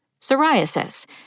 Psoriasis